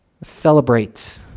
Celebrate